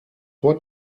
what